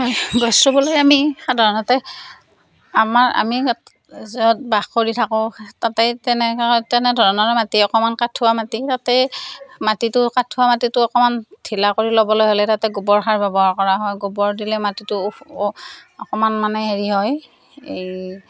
হয় গছ ৰুবলৈ আমি সাধাৰণতে আমাৰ আমি য'ত য'ত বাস কৰি থাকোঁ তাতেই তেনেকুৱা তেনে ধৰণৰ মাটি অকণমান কঠোৱা মাটি তাতেই মাটিটো কঠোৱা মাটিটো অকণমান ঢিলা কৰি ল'বলৈ হ'লে তাতে গোবৰ সাৰ ব্যৱহাৰ কৰা হয় গোবৰ দিলে মাটিতো অকণমান মানে হেৰি হয় এই